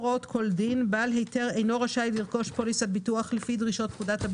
יש פה הרבה מאוד דברים שיש לגביהם דרישות שהן ייחודיות